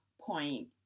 point